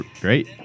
Great